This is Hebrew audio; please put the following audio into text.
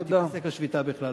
ותיפסק השביתה בכלל.